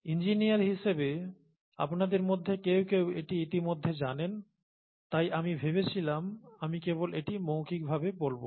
engineer হিসেবে আপনাদের মধ্যে কেউ কেউ এটি ইতিমধ্যেই জানেন তাই আমি ভেবেছিলাম আমি কেবল এটি মৌখিকভাবে বলব